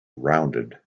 rounded